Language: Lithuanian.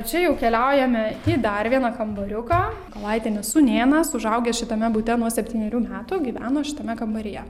čia jau keliaujame į dar vieną kambariuką mykolaitienės sūnėnas užaugęs šitame bute nuo septynerių metų gyveno šitame kambaryje